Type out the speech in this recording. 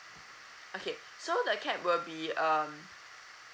okay so the cap will be um